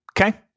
okay